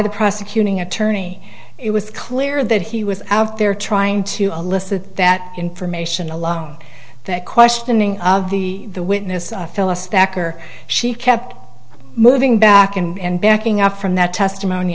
the prosecuting attorney it was clear that he was out there trying to elicit that information a lot that questioning of the the witness i fill us back or she kept moving back and backing off from that testimony